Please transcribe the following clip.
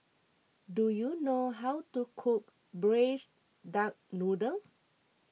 do you know how to cook Braised Duck Noodle